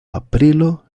aprilo